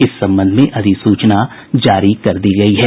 इस संबंध में अधिसूचना जारी कर दी गयी है